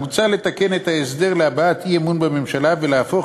מוצע לתקן את ההסדר להבעת אי-אמון בממשלה ולהפוך